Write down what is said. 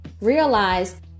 realize